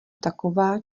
taková